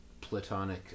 platonic